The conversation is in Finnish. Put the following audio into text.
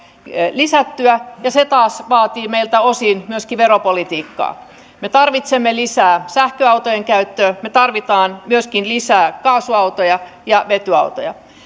lisättyä ja se taas vaatii meiltä osin myöskin veropolitiikkaa me tarvitsemme lisää sähköautojen käyttöä me tarvitsemme myöskin lisää kaasuautoja ja vetyautoja